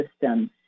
system